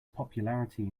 popularity